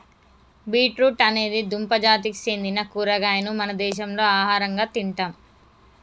beet root అనేది దుంప జాతికి సెందిన కూరగాయను మన దేశంలో ఆహరంగా తింటాం